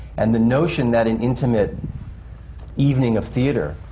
and the notion that an intimate evening of theatre,